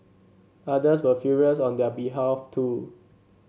others were furious on their behalf too